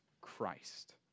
Christ